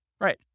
Right